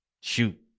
shoot